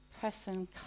person